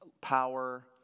power